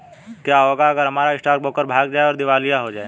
क्या होगा अगर हमारा स्टॉक ब्रोकर भाग जाए या दिवालिया हो जाये?